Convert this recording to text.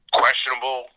questionable